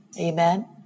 Amen